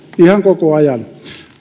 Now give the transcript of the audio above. ihan koko ajan